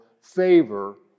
favor